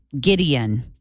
Gideon